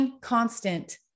constant